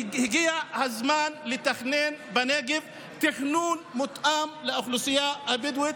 כי הגיע הזמן לתכנן בנגב תכנון מותאם לאוכלוסייה הבדואית.